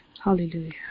hallelujah